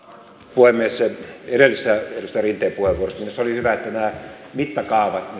puhemies edellisessä edustaja rinteen puheenvuorossa minusta oli hyvä että nämä mittakaavat